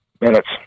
minutes